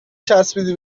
چسبیدی